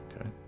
Okay